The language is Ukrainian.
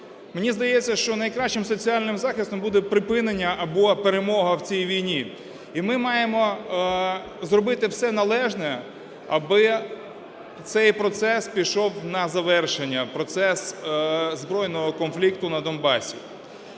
Мені здається, що найкращим соціальним захистом буде припинення або перемога в цій війні. І ми маємо зробити все належне, аби цей процес пішов на завершення, процес збройного конфлікту на Донбасі.